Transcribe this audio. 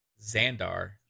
Xandar